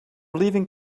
leaving